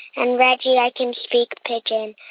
and reggie, i can speak pigeon.